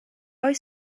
oes